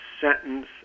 sentence